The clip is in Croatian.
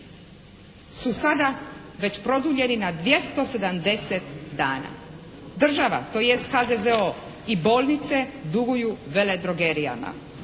su sada već produljeni na 270 dana. Država tj. HZZO i bolnice duguju veledrogerijama.